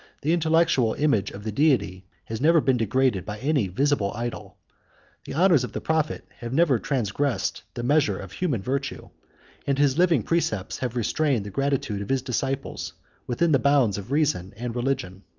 the intellectual image of the deity has never been degraded by any visible idol the honors of the prophet have never transgressed the measure of human virtue and his living precepts have restrained the gratitude of his disciples within the bounds of reason and religion.